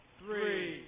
three